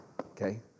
Okay